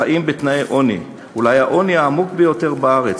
החיים בתנאי עוני, אולי העוני העמוק ביותר בארץ,